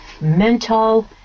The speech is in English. mental